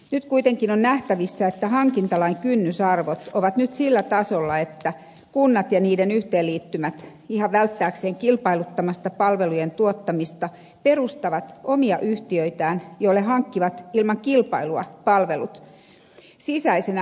nyt kuitenkin on nähtävissä että hankintalain kynnysarvot ovat nyt sillä tasolla että kunnat ja niiden yhteenliittymät ihan välttääkseen kilpailuttamasta palvelujen tuottamista perustavat omia yhtiöitään joille hankkivat ilman kilpailua palvelut sisäisenä hankintana